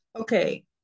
Okay